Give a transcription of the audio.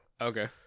okay